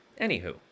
Anywho